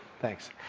Thanks